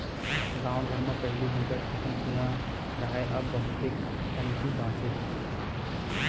गाँव घर म पहिली बिकट अकन कुँआ राहय अब बहुते कमती बाचे हे